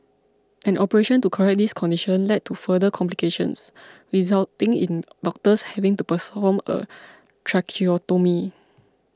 an operation to correct this condition led to further complications resulting in doctors having to perform a tracheotomy